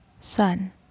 sun